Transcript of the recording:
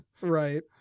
Right